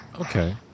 Okay